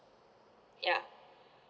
ya